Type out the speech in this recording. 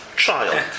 Child